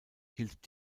hielt